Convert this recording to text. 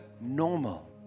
normal